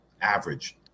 average